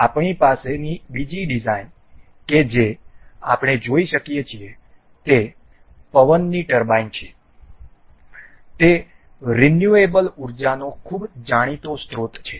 આપણી પાસેની બીજી ડિઝાઇન કે જે આપણે જોઈ શકીએ છીએ તે પવનની ટર્બાઇન છે તે રિન્યુએબલrenewableપુનઃપ્રાપ્ય ઉર્જાનો ખૂબ જ જાણીતો સ્રોત છે